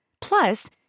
Plus